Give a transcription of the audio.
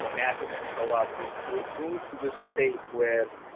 matching people up with, we've moved to the state where